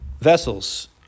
Vessels